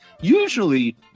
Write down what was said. usually